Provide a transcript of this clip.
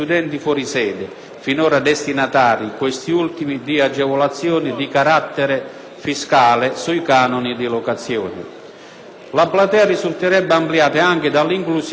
finora destinatari, questi ultimi, di agevolazioni di carattere fiscale sui canoni di locazione. La platea risulterebbe ampliata anche dall'inclusione, con un riferimento